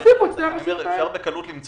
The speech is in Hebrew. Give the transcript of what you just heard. תוסיפו את שתי הרשויות האלה.